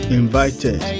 invited